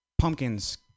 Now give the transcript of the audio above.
pumpkins